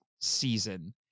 season